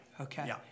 Okay